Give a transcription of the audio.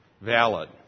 valid